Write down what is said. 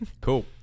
cool